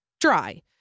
dry